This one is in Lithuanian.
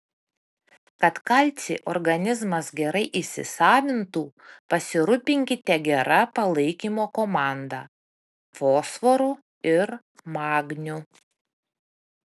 kad kalcį organizmas gerai įsisavintų pasirūpinkite gera palaikymo komanda fosforu ir magniu